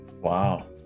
Wow